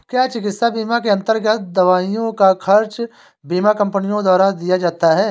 क्या चिकित्सा बीमा के अन्तर्गत दवाइयों का खर्च बीमा कंपनियों द्वारा दिया जाता है?